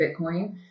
Bitcoin